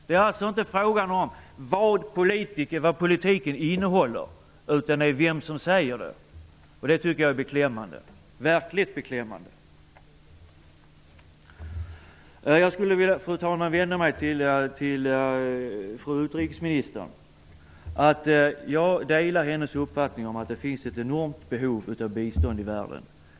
Det är alltså inte fråga om vad politiken innehåller utan om vem som framför den. Det är verkligen beklämmande. Fru talman! Jag skulle vilja vända mig till fru utrikesminister. Jag delar hennes uppfattning om att det finns ett enormt behov av bistånd i världen.